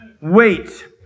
Wait